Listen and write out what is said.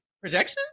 Projection